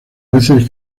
veces